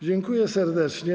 Dziękuję serdecznie.